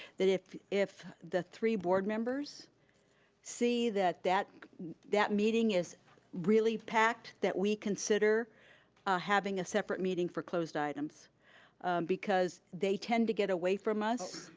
that if if the three board members see that that that meeting is really packed, that we consider having a separate meeting for closed items because they tend to get away from us.